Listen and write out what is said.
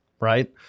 right